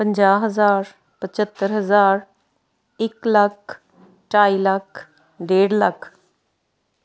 ਪੰਜਾਹ ਹਜ਼ਾਰ ਪਝੱਤਰ ਹਜ਼ਾਰ ਇੱਕ ਲੱਖ ਢਾਈ ਲੱਖ ਡੇਢ ਲੱਖ